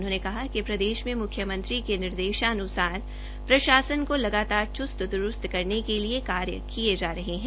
उन्होंने कहा कि प्रदेश में मुख्यमंत्री के निर्देश अन्सार प्रशासन को लगातार च्स्त द्रस्त करने के लिए काम किया जा रहा है